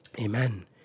Amen